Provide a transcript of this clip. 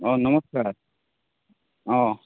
অঁ নমস্কাৰ অঁ